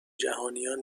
جهانیان